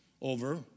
over